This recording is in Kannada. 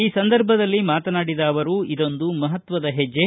ಈ ಸಂದರ್ಭದಲ್ಲಿ ಮಾತನಾಡಿದ ಅವರು ಇದೊಂದು ಮಹತ್ವದ ಹೆಜ್ಜೆ